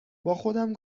باخودم